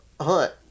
hunt